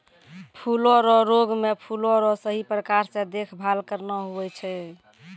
फूलो रो रोग मे फूलो रो सही प्रकार से देखभाल करना हुवै छै